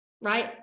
right